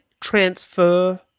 Transfer